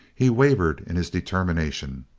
he wavered in his determination.